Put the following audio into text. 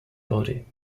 body